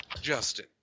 Justin